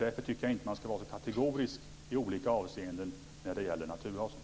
Därför tycker jag inte att man skall vara så kategorisk i olika avseenden när det gäller naturgasen.